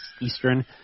Eastern